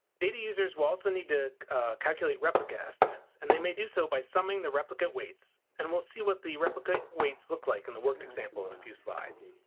data users will also need to calculate replicate estimates. and they may do so by summing the replicate weights and we'll see what the replicate weights look like in the worked example in a few slides.